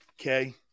okay